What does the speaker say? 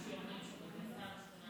מישהו אומר שבגרסה הראשונה